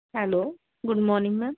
hello good morning ma'am